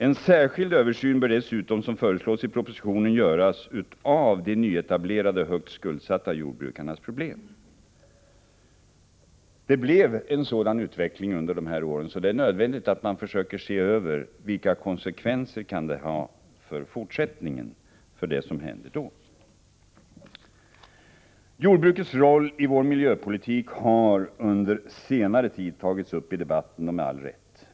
En särskild översyn bör dessutom, som föreslås i propositionen, göras av de nyetablerade och högt skuldsatta jordbrukarnas problem. Det blev en sådan utveckling under de borgerliga åren att det är nödvändigt att se över vilka konsekvenser det som hände då kan ha för fortsättningen. Jordbrukets roll i vår miljöpolitik har under senare tid tagits upp i debatten — med all rätt.